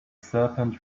serpent